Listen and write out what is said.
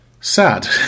sad